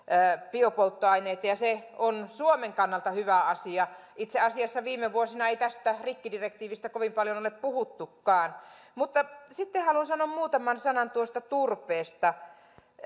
biopolttoaineita ja se on suomen kannalta hyvä asia itse asiassa viime vuosina ei tästä rikkidirektiivistä kovin paljon ole puhuttukaan mutta sitten haluan sanoa muutaman sanan tuosta turpeesta